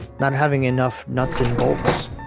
not having enough nuts and bolts.